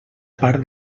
part